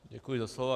Děkuji za slovo.